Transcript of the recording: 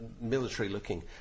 Military-looking